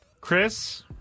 Chris